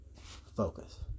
focus